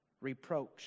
reproach